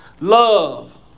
Love